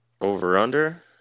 Over-under